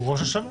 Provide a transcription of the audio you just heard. הוא ראש השנה.